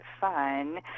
fun